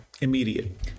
Immediate